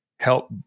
help